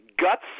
guts